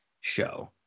show